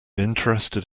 interested